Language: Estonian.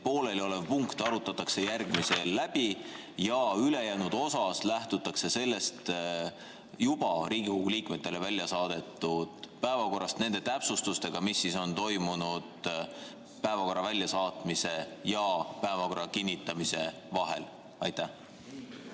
pooleliolev punkt arutatakse järgmisena läbi ja ülejäänu osas lähtutakse Riigikogu liikmetele juba välja saadetud päevakorrast nende täpsustustega, mis on tehtud päevakorra väljasaatmise ja päevakorra kinnitamise vahel. Aitäh!